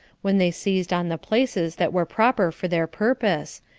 when they seized on the places that were proper for their purpose,